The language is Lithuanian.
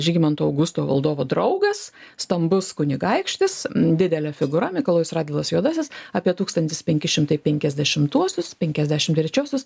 žygimanto augusto valdovo draugas stambus kunigaikštis didelė figūra mikalojus radvilas juodasis apie tūkstantis penki šimtai penkiasdešimtuosius penkiasdešim trečiuosius